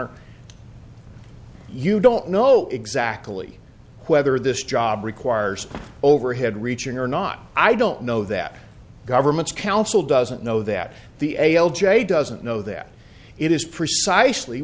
honor you don't know exactly whether this job requires overhead reaching or not i don't know that governments council doesn't know that the a l j doesn't know that it is precisely